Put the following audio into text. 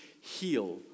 heal